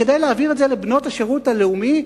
כדי להעביר את זה לבנות השירות הלאומי,